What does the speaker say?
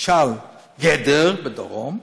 למשל גדר בדרום,